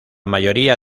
mayoría